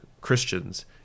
Christians